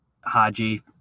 Haji